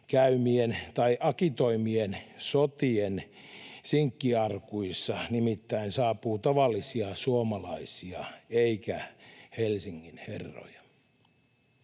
käymien tai agitoimien sotien sinkkiarkuissa nimittäin saapuu tavallisia suomalaisia eikä Helsingin herroja.